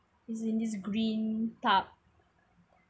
is in this green tub